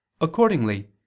accordingly